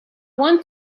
want